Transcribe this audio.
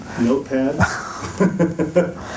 Notepad